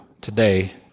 today